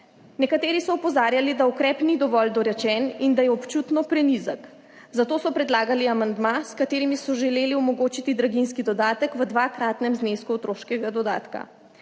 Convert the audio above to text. Nekateri so opozarjali, da ukrep ni dovolj dorečen in da je občutno prenizek, zato so predlagali amandma, s katerim so želeli omogočiti draginjski dodatek v dvakratnem znesku otroškega dodatka.